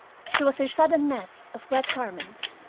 she was a sodden mass of wet garments,